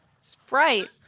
Sprite